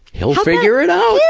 he'll figure it out!